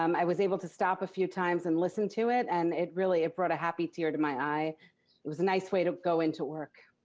um i was able to stop a few times and listen to it, and it really it brought a happy tear to my eye. it was a nice way to go into work.